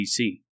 BC